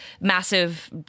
massive